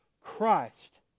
Christ